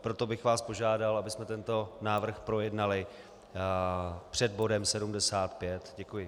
Proto bych vás požádal, abyste tento návrh projednali před bodem 75. Děkuji.